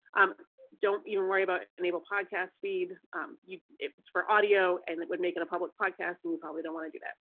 um don't even worry about enable podcast feed you for audio and it would make it a public podcasts and you probably don't want to do that.